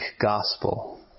gospel